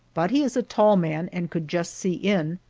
but he is a tall man and could just see in,